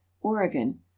Oregon